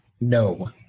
No